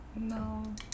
No